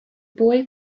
boy